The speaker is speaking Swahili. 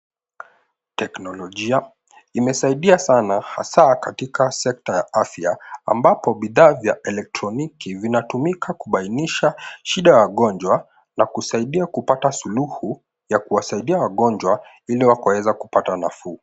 Teknolojia imesaidia sana hasa katika sekta ya afya ambapo bidhaa vya elektroniki vinavyotumika kubainisha shida ya wagonjwa na kusaidia kupata suluhu ya kuwasaidia wagonjwa wakaweza kupata nafuu.